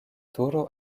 turo